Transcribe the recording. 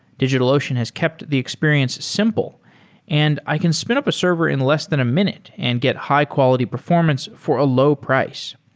digitalocean has kept the experience simple and i can spin up a server in less than a minute and get high quality performance for a low price.